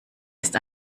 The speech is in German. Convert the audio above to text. ist